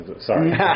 Sorry